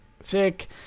sick